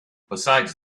besides